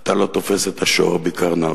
אתה לא תופס את השור בקרניו.